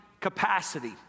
capacity